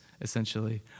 essentially